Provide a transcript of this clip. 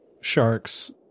sharks